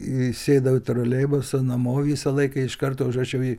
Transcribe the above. įsėdau į troleibusą namo visą laiką iš karto užrašiau į